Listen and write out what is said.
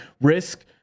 risk